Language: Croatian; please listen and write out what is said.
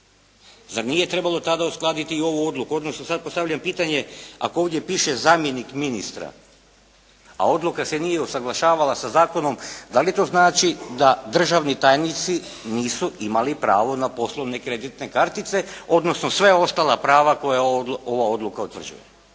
Zar nije trebalo tada uskladiti i ovu odluku. Odnosno, sada postavljam pitanje ako ovdje piše zamjenik ministra a odluka se nije usaglašavala sa zakonom, da li to znači da državni tajnici nisu imali pravo na poslovne kreditne kartice odnosno sva ostala prava koja ova odluka utvrđuje,